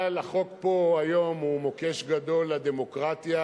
אבל החוק פה היום הוא מוקש גדול לדמוקרטיה